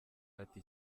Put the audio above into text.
ati